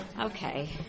Okay